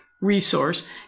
resource